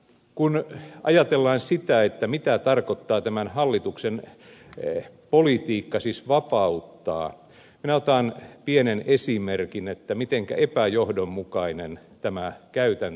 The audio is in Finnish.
kun ajatellaan sitä mitä tarkoittaa tämän hallituksen politiikka siis vapauttaa minä otan pienen esimerkin mitenkä epäjohdonmukainen tämä käytäntö on